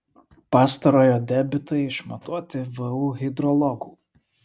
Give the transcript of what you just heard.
pastarojo debitai išmatuoti vu hidrologų